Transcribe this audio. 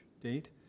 date